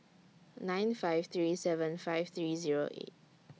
nine five three seven five three Zero eight